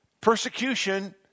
persecution